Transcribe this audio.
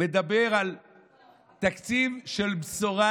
מדבר על תקציב של בשורה: